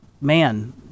man